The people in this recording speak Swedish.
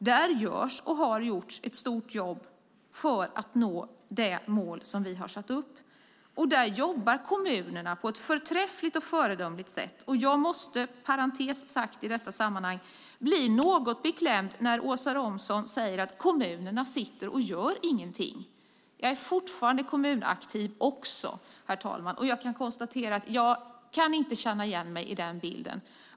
Där görs och har gjorts ett stort jobb för att nå det mål vi har satt upp. Kommunerna jobbar på ett förträffligt och föredömligt sätt. Jag måste inom parentes i detta sammanhang säga att jag blir något beklämd när Åsa Romson säger att kommunerna sitter och gör ingenting. Jag är fortfarande kommunaktiv också, herr talman, och jag kan konstatera att jag inte känner igen mig i den bilden.